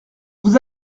vous